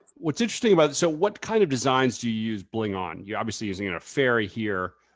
what's interesting about this, so what kind of designs do you use bling on? you're obviously using and a fairy here.